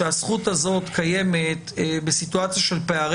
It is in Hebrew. שהזכות הזאת קיימת בסיטואציה של פערי